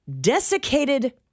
Desiccated